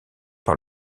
par